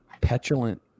petulant